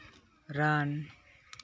ᱨᱟᱱ